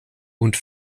und